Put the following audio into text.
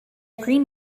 green